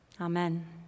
Amen